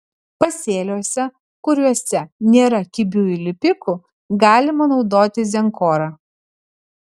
pasėliuose kuriuose nėra kibiųjų lipikų galima naudoti zenkorą